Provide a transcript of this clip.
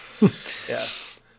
Yes